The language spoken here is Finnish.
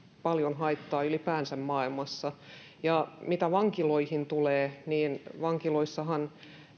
paljon haittaa ylipäänsä maailmassa mitä vankiloihin tulee niin vankiloissahan